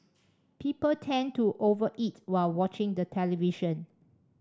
people tend to over eat while watching the television